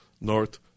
North